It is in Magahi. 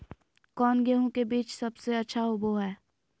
कौन गेंहू के बीज सबेसे अच्छा होबो हाय?